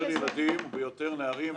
שתביא יותר ילדים ויותר נערים ונערות לפעילות.